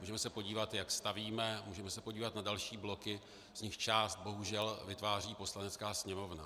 Můžeme se podívat, jak stavíme, můžeme se podívat na další bloky, z nichž část bohužel vytváří Poslanecká sněmovna.